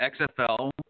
XFL